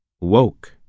woke